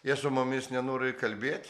jie su mumis nenori kalbėt